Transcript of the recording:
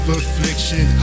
affliction